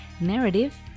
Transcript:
narrative